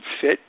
fit